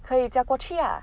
可以驾过去 lah